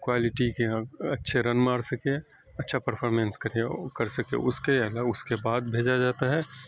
quality کے اچھے run مار سکے اچھا پرفارمینس کرے کر سکے اس کے علاوہ اس کے بعد بھیجا جاتا ہے